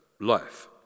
life